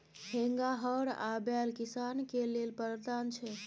हेंगा, हर आ बैल किसान केर लेल बरदान छै